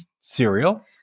Cereal